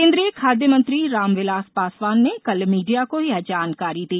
केंद्रीय खाद्य मंत्री रामविलास पासवान ने कल मीडिया को यह जानकारी दी